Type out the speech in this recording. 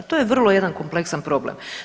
To je vrlo jedan kompleksan problem.